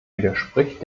widerspricht